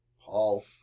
Paul